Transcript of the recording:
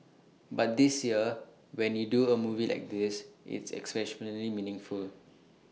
but this year when you do A movie like this it's exceptionally meaningful